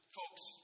folks